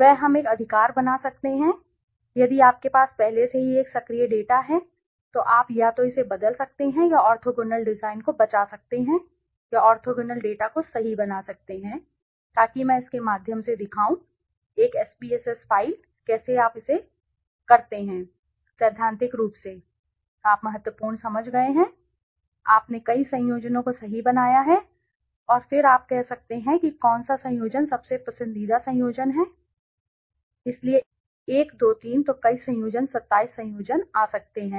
वह है हम एक अधिकार बना सकते हैं यदि आपके पास पहले से ही एक सक्रिय डेटा है तो आप या तो इसे बदल सकते हैं या ऑर्थोगोनल डिज़ाइन को बचा सकते हैं या ऑर्थोगोनल डेटा को सही बना सकते हैं ताकि मैं इसके माध्यम से दिखाऊं एक SPSS फ़ाइल कैसे आप इसे सही करते हैं सैद्धांतिक रूप से आप महत्वपूर्ण समझ गए हैं कि आपने कई संयोजनों को सही बनाया है और फिर आप कह सकते हैं कि कौन सा संयोजन सबसे पसंदीदा संयोजन है इसलिए एक दो तीन एक दो तीन तो कई संयोजन 27 संयोजन सही आ सकते हैं